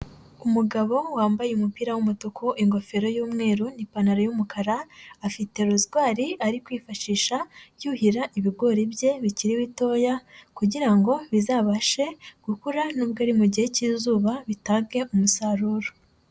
Umugabo wambaye umupira w'umutuku ingofero y'umweru n'ipantaro y'umukara, afite rozwari ari kwifashisha yuhira ibigori bye bikiri bitoya kugira ngo bizabashe gukura nubwo ari mu gihe cy'izuba bitage umusaruro.